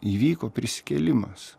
įvyko prisikėlimas